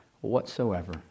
whatsoever